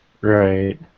right